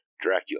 Dracula